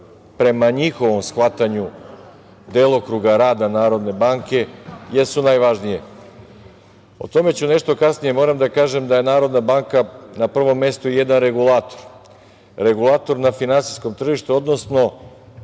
prema njihovom shvatanju delokruga rada Narodne banke, jesu najvažnije. O tome ću nešto kasnije. Moram da kažem da je Narodna banka na prvom mestu jedan regulator na finansijskom tržištu, odnosno